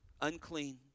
unclean